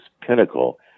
pinnacle